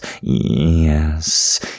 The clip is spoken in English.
yes